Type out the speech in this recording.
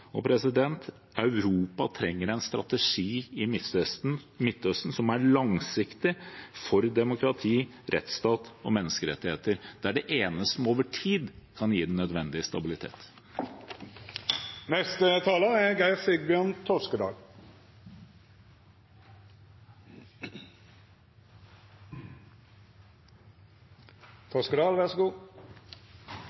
Europa trenger også en strategi i Midtøsten som er langsiktig – for demokrati, rettsstat og menneskerettigheter. Det er det eneste som over tid kan gi den nødvendige